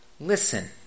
Listen